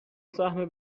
سهم